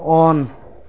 on